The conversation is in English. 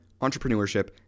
entrepreneurship